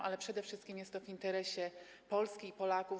Ale przede wszystkim jest to w interesie Polski i Polaków.